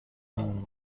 own